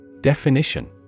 Definition